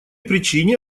причине